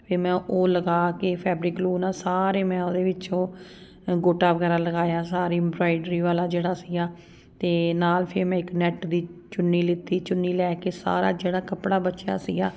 ਫਿਰ ਮੈਂ ਉਹ ਲਗਾ ਕੇ ਫੈਬਰਿਕ ਗਲੂ ਨਾ ਸਾਰੇ ਮੈਂ ਉਹਦੇ ਵਿੱਚੋਂ ਗੋਟਾ ਵਗੈਰਾ ਲਗਾਇਆ ਸਾਰੀ ਐਮਬਰਾਇਡਰੀ ਵਾਲਾ ਜਿਹੜਾ ਸੀਗਾ ਅਤੇ ਨਾਲ ਫਿਰ ਮੈਂ ਇੱਕ ਨੈੱਟ ਦੀ ਚੁੰਨੀ ਲਿੱਤੀ ਚੁੰਨੀ ਲੈ ਕੇ ਸਾਰਾ ਜਿਹੜਾ ਕੱਪੜਾ ਬਚਿਆ ਸੀਗਾ